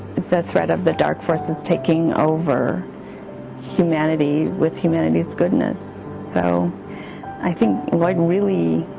the threat of the dark forces taking over humanity with humanity's goodness. so i think lloyd really